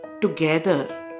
together